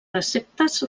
receptes